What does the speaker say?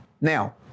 Now